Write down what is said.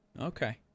Okay